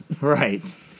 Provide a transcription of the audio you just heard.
Right